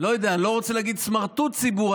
לא יודע, אני לא רוצה להגיד לסמרטוט ציבור.